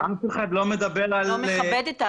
אף אחד לא מדבר על הרבצה.